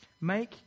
Make